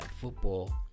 football